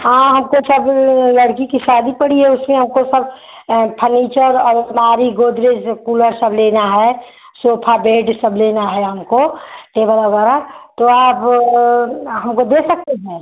हाँ हमको सब लड़की की शादी पड़ी है उससे हमको सब फर्नीचर और अलमारी गोदरेज कूलर सब लेना है सोफा बेड सब लेना है हमको टेबल वगैरह तो आप हमको दे सकते हैं